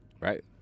right